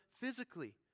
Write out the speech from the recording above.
physically